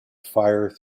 fire